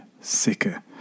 sicker